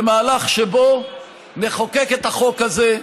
למהלך שבו נחוקק את החוק הזה,